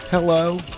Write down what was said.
Hello